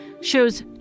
shows